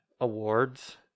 awards